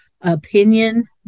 opinion